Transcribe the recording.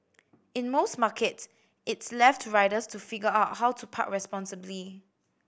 in most markets it's left to riders to figure out how to park responsibly